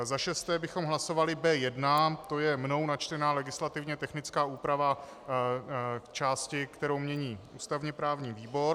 Za šesté bychom hlasovali B1, to je mnou načtená legislativně technická úprava k části, kterou mění ústavněprávní výbor.